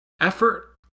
effort